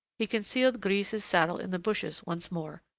he concealed grise's saddle in the bushes once more,